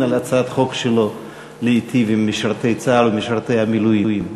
על הצעת החוק שלו להיטיב עם משרתי צה"ל ומשרתי המילואים.